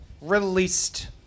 released